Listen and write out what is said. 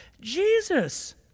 Jesus